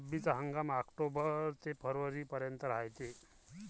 रब्बीचा हंगाम आक्टोबर ते फरवरीपर्यंत रायते